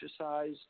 exercise